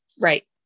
Right